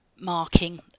marking